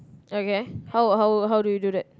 okay how how how do you do that